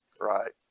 Right